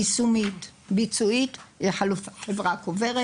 יישומית, ביצועית היא החלופה של החברה הקוברת